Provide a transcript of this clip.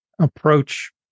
approach